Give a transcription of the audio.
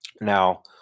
now